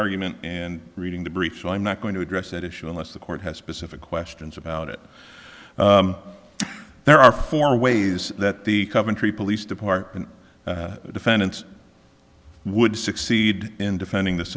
argument and reading the briefs i'm not going to address that issue unless the court has specific questions about it there are four ways that the coventry police department defendants would succeed in defending this